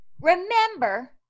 remember